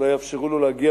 אולי יאפשרו לו להגיע